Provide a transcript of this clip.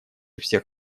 всех